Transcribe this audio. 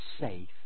safe